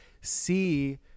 see